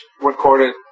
recorded